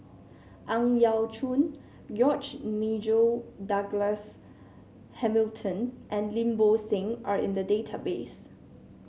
Ang Yau Choon George Nigel Douglas Hamilton and Lim Bo Seng are in the database